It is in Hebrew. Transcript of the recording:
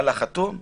על החתום: